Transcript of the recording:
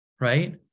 right